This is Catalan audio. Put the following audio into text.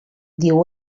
diu